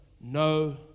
no